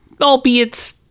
Albeit